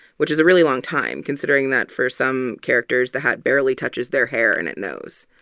which is a really long time considering that for some characters, the hat barely touches their hair, and it knows.